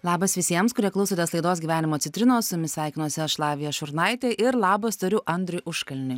labas visiems kurie klausotės laidos gyvenimo citrinos su jumis sveikinuosi aš lavija šurnaitė ir labas tariu andriui užkalniui